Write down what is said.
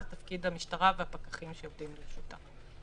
זה תפקיד המשטרה והפקחים שעובדים איתם.